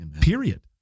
period